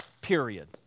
period